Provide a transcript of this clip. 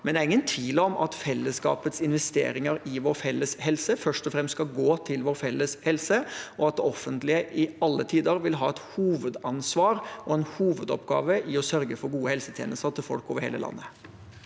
dag. Det er ingen tvil om at fellesskapets investeringer i vår felles helse først og fremst skal gå til vår felles helse, og at det offentlige i alle tider vil ha som hovedansvar og hovedoppgave å sørge for gode helsetjenester til folk over hele landet.